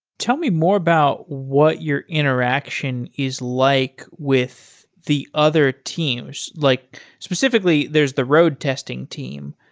tell me more about what your interaction is like with the other teams. like specifically, there's the road testing team.